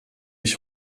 ich